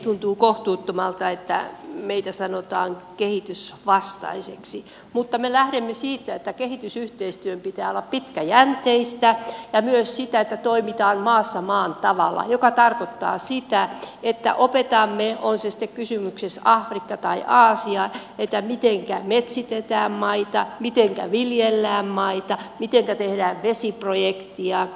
tuntuu kohtuuttomalta että meitä sanotaan kehitysvastaisiksi mutta me lähdemme siitä että kehitysyhteistyön pitää olla pitkäjänteistä ja myös siitä että toimitaan maassa maan tavalla mikä tarkoittaa sitä että opetamme on sitten kysymyksessä afrikka tai aasia mitenkä metsitetään maita mitenkä viljellään maita mitenkä tehdään vesiprojektia